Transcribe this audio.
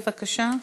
בבקשה,